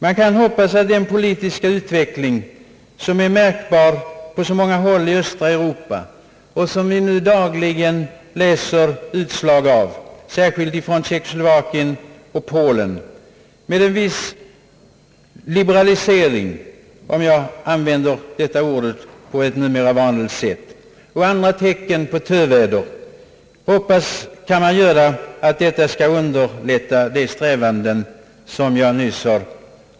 Man kan hoppas att den politiska utveckling som är märkbar på så många håll i östra Europa och som vi nu dagligen läser om, särskilt när det gäller Tjeckoslovakien och Polen, med en viss liberalisering — om jag använder ordet på ett numera vanligt sätt — och andra tecken på töväder, skall underlätta sådana strävanden.